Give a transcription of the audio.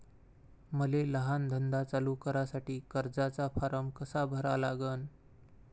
मले लहान धंदा चालू करासाठी कर्जाचा फारम कसा भरा लागन?